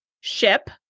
ship